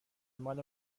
مال